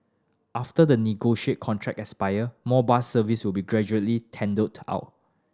after the negotiate contract expire more bus service will be gradually tendered out